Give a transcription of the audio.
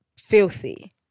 filthy